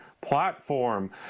platform